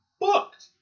booked